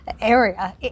area